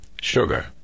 sugar